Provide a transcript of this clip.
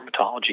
dermatology